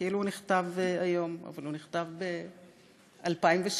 נכתב היום, אבל הוא נכתב ב-2007: